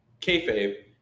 kayfabe